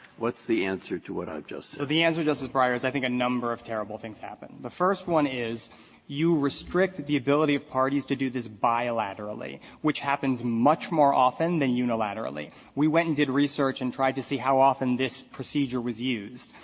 what's the answer to what i've just said? stris so the answer, justice breyer, is i think a number of terrible things happen. the first one is you restrict the ability of parties to do this bilaterally, which happens much more often than unilaterally. we went and did research and tried to see how often this procedure was used,